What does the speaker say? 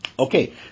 Okay